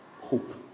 Hope